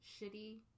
shitty